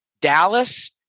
Dallas